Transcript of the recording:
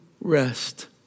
rest